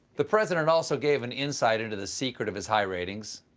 the president also gave an insight into the secret of his high ratings.